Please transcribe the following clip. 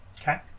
Okay